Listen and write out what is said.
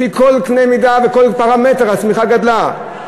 לפי כל קנה מידה וכל פרמטר הצמיחה גדלה.